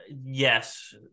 Yes